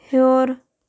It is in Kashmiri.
ہیوٚر